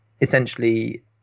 essentially